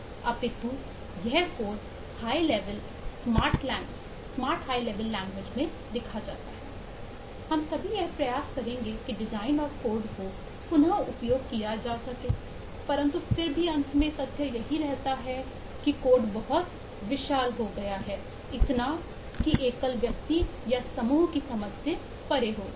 अपितु यह code smart high level language में लिखा जाता है हम सभी यह प्रयास करेंगे की डिजाइन और कोड को पुनः उपयोग किया जा सके परंतु फिर भी अंत में तथ्य यही रहता है कि कोर्ट बहुत विशाल हो जाता है इतना कि एकल व्यक्ति या समूह की समझ से परे हो जाता है